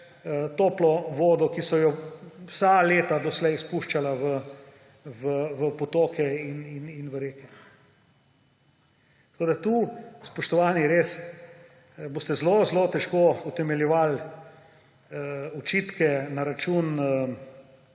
toplo vodo, ki so jo vsa leta doslej spuščali v potoke in v reke. Tu, spoštovani, res boste zelo zelo težko utemeljevali očitke na račun